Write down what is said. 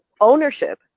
ownership